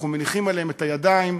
ואנחנו מניחים עליהם את הידיים